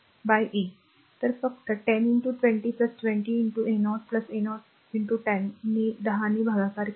तर फक्त 10 20 20 a0 a0 10 ने 10 ने भागाकार केले